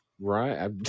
right